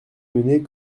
mener